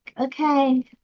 Okay